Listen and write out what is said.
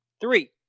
Three